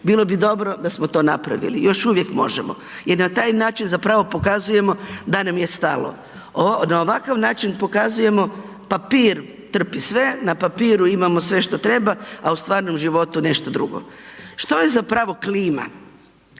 Bilo bi dobro da smo to napravili, još uvijek možemo jer na taj način zapravo pokazujemo da nam je stalo. Na ovakav način pokazujemo papir trpi sve, na papiru imamo sve što treba, a u stvarnom životu nešto drugo. Što je zapravo klima?